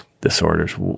disorders